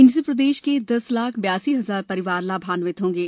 इनसे प्रदेश के दस लाख बयासी हजार परिवार लाभान्वित होंगे